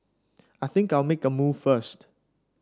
I think I'll make a move first